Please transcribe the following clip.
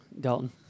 Dalton